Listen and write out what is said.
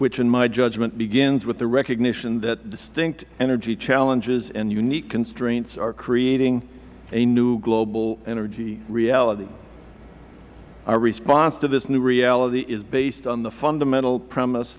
which in my judgment begins with the recognition that distinct energy challenges and unique constraints are creating a new global energy reality our response to this new reality is based on the fundamental premise